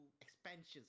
expansions